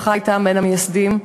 המשפחה הייתה בין המייסדים,